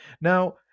Now